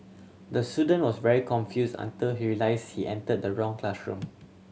the student was very confuse enter he realise he enter the wrong classroom